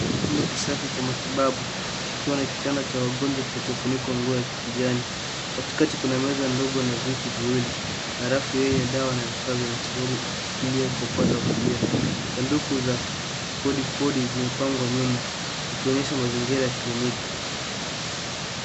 Chumba kisafi cha matibabu kikiwa na kitanda cha wagonjwa kilichofunikwa nguo ya kijani. Katikati kuna meza ndogo na viti viwili na rafu yenye dawa na vifaa vya matibabu iliyowekwa upande wa kulia. Sanduku za podi zimepangwa nyuma zikionyesha mazingira ya kliniki.